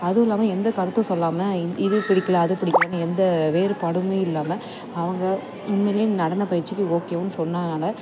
அதுவும் இல்லாமல் எந்த கருத்தும் சொல்லாமல் இது பிடிக்கல அது பிடிக்கல எந்த வேறுபாடுமே இல்லாமல் அவங்க உண்மையிலே நடனப்பயிற்சிக்கு ஓகேவும் சொன்னதுனால்